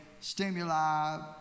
stimuli